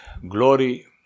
glory